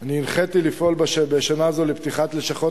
אני הנחיתי לפעול בשנה הזו לפתיחת לשכות